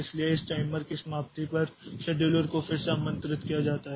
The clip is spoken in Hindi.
इसलिए इस टाइमर की समाप्ति पर शेड्यूलर को फिर से आमंत्रित किया जाता है